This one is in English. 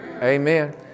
Amen